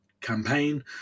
campaign